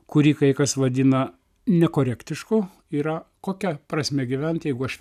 kurį kai kas vadina nekorektišku yra kokia prasmė gyventi jeigu aš